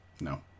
no